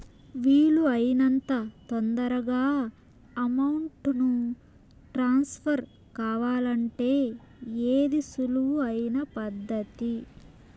వీలు అయినంత తొందరగా అమౌంట్ ను ట్రాన్స్ఫర్ కావాలంటే ఏది సులువు అయిన పద్దతి